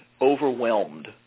overwhelmed